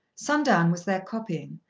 sundown was there copying,